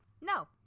No